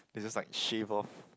they just like shave off